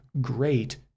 great